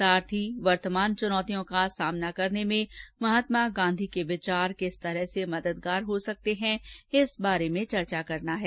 साथ ही वर्तमान चुनौतियों का सामना करने में महात्मा गांधी के विचार किस तरह से मददगार हो सकते है इस बारे में चर्चा करना है